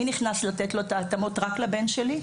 מי נכנס לתת לו את ההתאמות רק לבן שלי?